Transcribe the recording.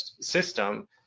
system